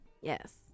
Yes